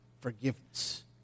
forgiveness